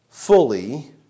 fully